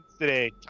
today